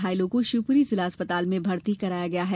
घायलों को शिवपुरी जिला अस्पताल में भर्ती कराया गया है